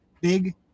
big